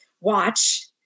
watch